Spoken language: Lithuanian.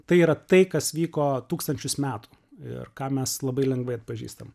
tai yra tai kas vyko tūkstančius metų ir ką mes labai lengvai atpažįstam